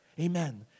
Amen